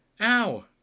Ow